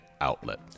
Outlet